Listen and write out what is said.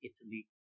Italy